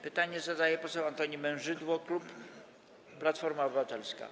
Pytanie zada poseł Antoni Mężydło, klub Platforma Obywatelska.